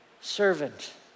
servant